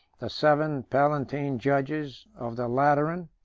the seven palatine judges of the lateran,